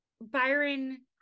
Byron